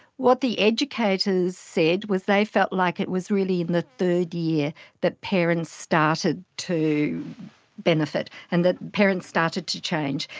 what the educators said was they felt like it was really in the third year that parents started to benefit, and that parents started to change,